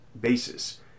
basis